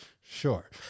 sure